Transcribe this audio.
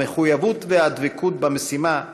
המחויבות והדבקות במשימה,